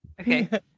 Okay